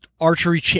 archery